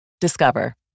Discover